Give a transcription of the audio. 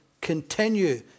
continue